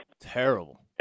Terrible